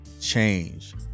change